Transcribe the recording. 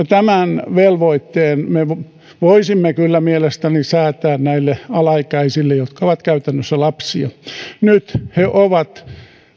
tämän velvoitteen me voisimme kyllä mielestäni säätää näille alaikäisille jotka ovat käytännössä lapsia nyt he ovat